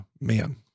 man